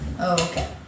Okay